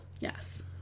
Yes